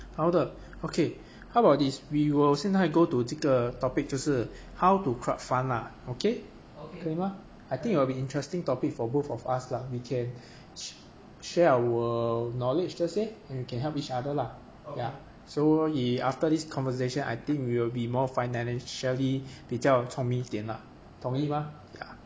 powder okay how about this we will 现在 go to 这个 topic 就是 how to crowd fund lah okay 可以 mah I think it will be interesting topic for both of us lah we can share our knowledge 这些 and we can help each other lah ya 所以 after this conversation I think we will be more financially 比较聪明一点啦同意吗 ya